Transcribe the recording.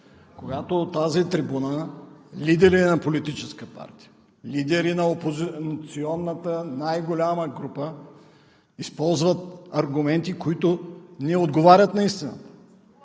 Когато от тази трибуна лидери на политическа партия, лидери на опозиционната, най-голяма група използват аргументи, които не отговарят на истината,